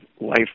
life